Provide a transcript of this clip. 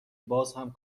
بازهم